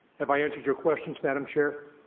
have i answered your questions madam chair